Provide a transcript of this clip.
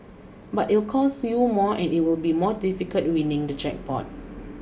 but it'll cost you more and it will be more difficult winning the jackpot